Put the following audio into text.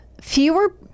Fewer